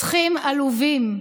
רוצחים עלובים,